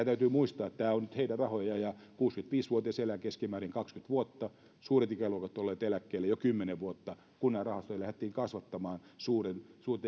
täytyy nyt muistaa nämä ovat nyt heidän rahojaan ja kuusikymmentäviisi vuotias elää keskimäärin kaksikymmentä vuotta suuret ikäluokat ovat olleet eläkkeellä jo kymmenen vuotta ja näitä rahastoja lähdettiin kasvattamaan suurten